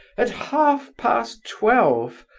at half-past twelve!